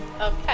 Okay